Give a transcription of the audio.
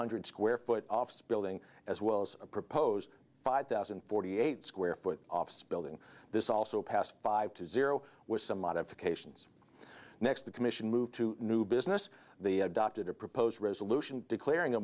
hundred square foot office building as well as a proposed five thousand and forty eight square foot office building this also passed five to zero with some modifications next the commission moved to new business the adopted a proposed resolution declaring a